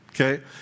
okay